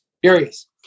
furious